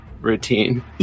routine